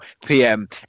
pm